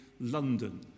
London